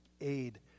aid